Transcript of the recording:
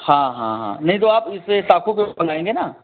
हाँ हाँ हाँ नहीं तो आप उनसे साखू को मंगाएंगे ना